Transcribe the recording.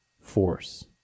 force